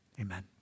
Amen